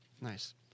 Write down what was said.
Nice